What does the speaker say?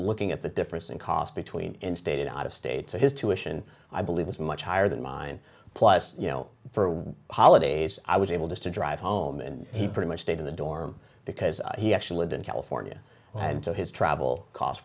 looking at the difference in cost between in state out of state so his tuition i believe was much higher than mine plus you know for holidays i was able to drive home and he pretty much stayed in the dorm because he actually didn't california and i had to his travel costs